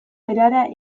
erara